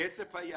בגלל החסר.